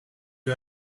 you